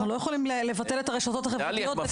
אנחנו לא יכולים לבטל את הרשתות החברתיות.